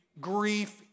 grief